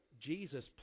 Jesus